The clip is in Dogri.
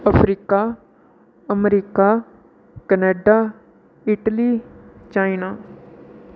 Africa America Canada Italy China